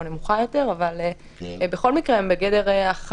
בכל מקרה, הם